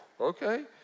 okay